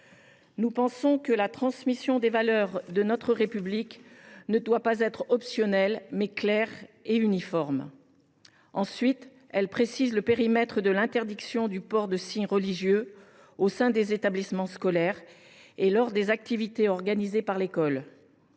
Nous pensons que la transmission des valeurs de notre République doit être non pas optionnelle, mais claire et uniforme. Ensuite, cette proposition de loi précise le périmètre de l’interdiction du port de signes religieux au sein des établissements scolaires et lors des activités organisées par l’école,